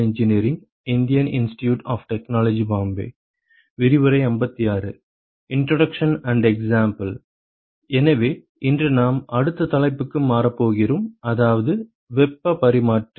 introduction and example எனவே இன்று நாம் அடுத்த தலைப்புக்கு மாறப் போகிறோம் அதாவது வெப்பப் பரிமாற்றி